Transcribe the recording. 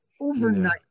overnight